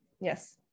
Yes